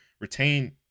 retain